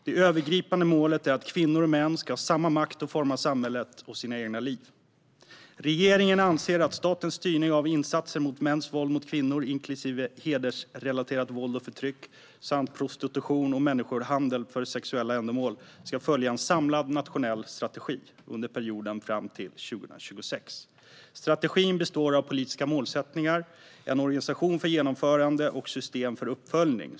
Det övergripande målet är att kvinnor och män ska ha samma makt att forma samhället och sina egna liv. Regeringen anser att statens styrning av insatser mot mäns våld mot kvinnor, inklusive hedersrelaterat våld och förtryck samt prostitution och människohandel för sexuella ändamål, ska följa en samlad nationell strategi under perioden fram till 2026. Strategin består av politiska målsättningar, en organisation för genomförande och ett system för uppföljning.